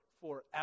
forever